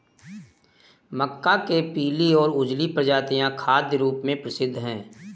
मक्का के पीली और उजली प्रजातियां खाद्य रूप में प्रसिद्ध हैं